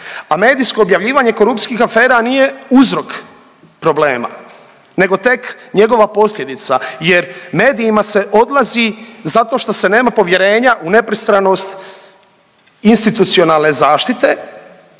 a medijsko objavljivanje korupcijskih afera nije uzrok problema nego tek njegova posljedica jer medijima se odlazi zato što se nema povjerenja u nepristranost institucionalne zaštite